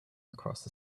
across